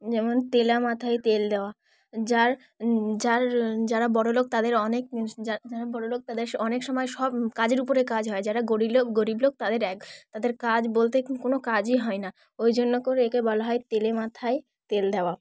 যেমন তেলা মাথায় তেল দেওয়া যার যার যারা বড়লোক তাদের অনেক যারা বড়লোক তাদের অনেক সময় সব কাজের উপরে কাজ হয় যারা গরিব লোক গরিব লোক তাদের এক তাদের কাজ বলতে কোনো কাজই হয় না ওই জন্য করে একে বলা হয় তেলে মাথায় তেল দেওয়া